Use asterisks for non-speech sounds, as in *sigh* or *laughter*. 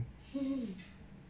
*laughs*